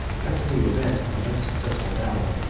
after the event of an unsuccessful battle,